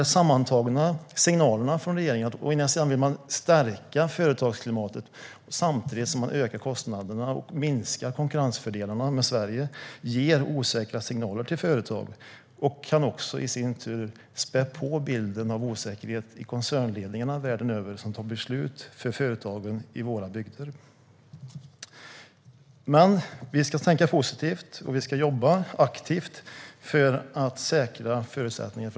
De sammantagna signalerna från regeringen - å ena sidan vill man stärka företagsklimatet; å andra sidan vill man öka kostnaderna och minska konkurrensfördelarna för Sverige - ger osäkerhet för företagen, och det kan också spä på bilden av osäkerhet i koncernledningarna världen över som tar beslut för företagen i våra bygder. Men vi ska tänka positivt och jobba aktivt för att säkra förutsättningarna.